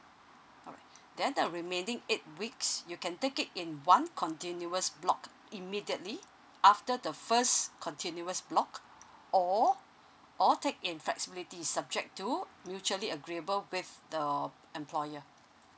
alright then the remaining eight weeks you can take it in one continuous block immediately after the first continuous block or all take in flexibility subject to mutually agreeable with the employer